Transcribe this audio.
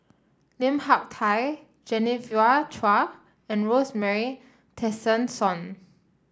Lim Hak Tai Genevieve Chua and Rosemary Tessensohn